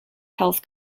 health